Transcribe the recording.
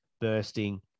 bursting